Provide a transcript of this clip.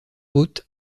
haute